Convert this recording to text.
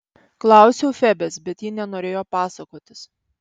klausiau febės bet ji nenorėjo pasakotis